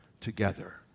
together